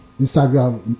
Instagram